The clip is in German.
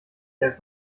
der